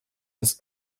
des